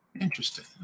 Interesting